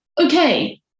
Okay